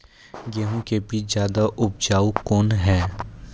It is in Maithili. गेहूँ के बीज ज्यादा उपजाऊ कौन है?